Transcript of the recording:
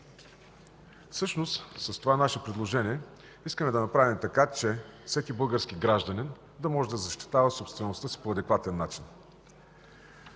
Всъщност с това наше предложение искаме да направим така, че всеки български гражданин да може да защитава собствеността си по адекватен начин.